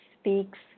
speaks